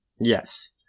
Yes